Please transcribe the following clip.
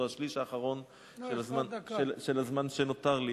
או השליש האחרון של הזמן שנותר לי,